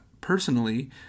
personally